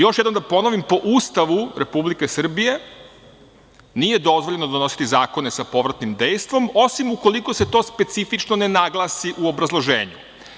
Još jednom da ponovim, po Ustavu Republike Srbije nije dozvoljeno donositi zakone sa povratnim dejstvom, osim ukoliko se to specifično ne naglasi u obrazloženju.